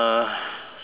so